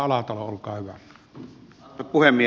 arvoisa puhemies